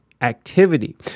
activity